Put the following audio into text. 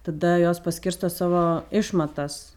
tada jos paskirsto savo išmatas